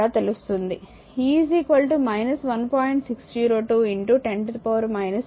602 10 19 coulomb